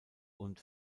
und